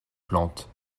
plantes